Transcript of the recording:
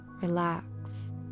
relax